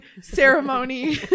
ceremony